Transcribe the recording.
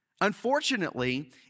Unfortunately